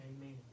Amen